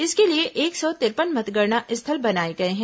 इसके लिए एक सौ तिरपन मतगणना स्थल बनाए गए हैं